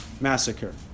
massacre